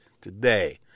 today